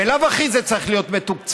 בלאו הכי זה צריך להיות מתוקצב,